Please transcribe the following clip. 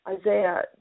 Isaiah